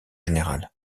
général